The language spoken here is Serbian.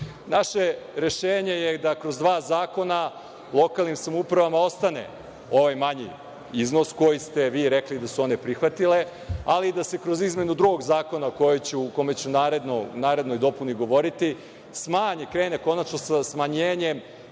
rešenje je da kroz dva zakona lokalnim samoupravama ostane ovaj manji iznos, koji ste vi rekli da su one prihvatile, ali da se kroz izmenu drugog zakona, o kojem ću u narednoj dopuni govoriti, krene konačno sa smanjenjem